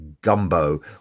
gumbo